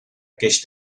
aqueix